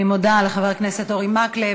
אני מודה לחבר הכנסת אורי מקלב.